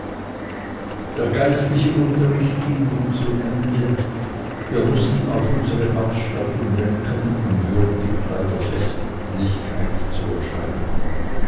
der geistliche unterricht ging nun zu ende wir mußten auf unsere ausstattung denken um würdig bei der festlichkeit zu erscheinen